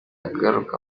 agaruka